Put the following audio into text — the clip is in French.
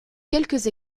quelques